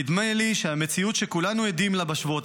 נדמה לי שהמציאות שכולנו עדים לה בשבועות